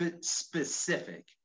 specific